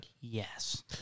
yes